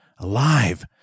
Alive